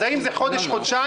אז האם זה חודש חודשיים,